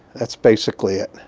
that's basically it,